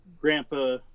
grandpa